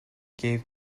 gave